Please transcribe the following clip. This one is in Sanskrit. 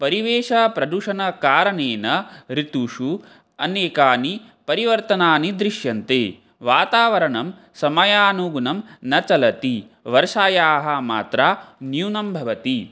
परिवेषप्रदूषणकारणेन ऋतोः अनेकानि परिवर्तनानि दृश्यन्ते वातावरणं समयानुगुणं न चलति वर्षायाः मात्रा न्यूना भवति